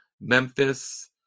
Memphis